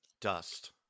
Dust